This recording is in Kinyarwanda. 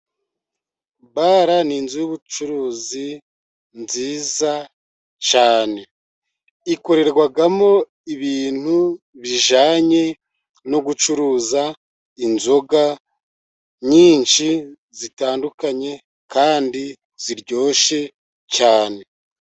Bara ni inzu y'ubucuruzi nziza cyane, ikorerwamo ibintu bijyanye no gucuruza inzoga nyinshi zitandukanye ,kandi ziryoshye cyane.